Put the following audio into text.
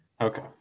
Okay